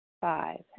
Five